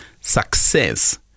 Success